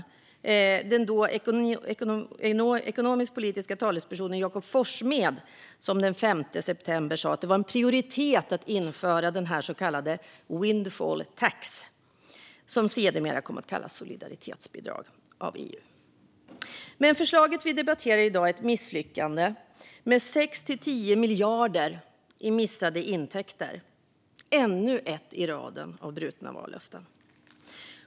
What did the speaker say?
Jakob Forssmed, dåvarande ekonomisk-politisk talesperson, sa den 5 september att det var en prioritet att införa det som kallades windfall tax, som sedermera kom att kallas solidaritetsbidrag av EU. Det förslag vi debatterar i dag är ett misslyckande, med 6-10 miljarder i missade intäkter. Det är ännu ett i raden av brutna vallöften.